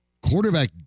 quarterback